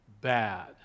bad